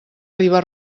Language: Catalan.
riba